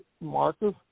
Marcus